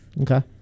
Okay